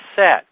set